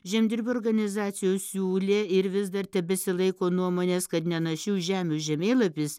žemdirbių organizacijos siūlė ir vis dar tebesilaiko nuomonės kad nenašių žemių žemėlapis